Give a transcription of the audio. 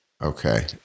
Okay